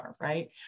right